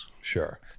sure